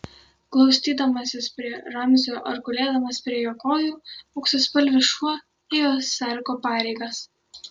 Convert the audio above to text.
glaustydamasis prie ramzio ar gulėdamas prie jo kojų auksaspalvis šuo ėjo sargo pareigas